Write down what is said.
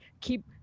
keep